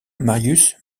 marius